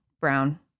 Brown